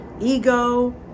ego